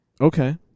Okay